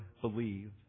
believe